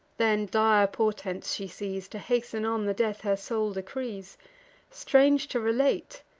then dire portents she sees, to hasten on the death her soul decrees strange to relate!